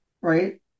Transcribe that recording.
Right